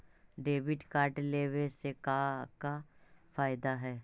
Debit card लेवे से का का फायदा है?